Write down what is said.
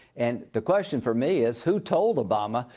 and the question for me is, who told obama.